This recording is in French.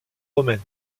romaine